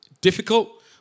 difficult